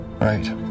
Right